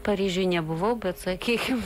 paryžiuj nebuvau bet sakykime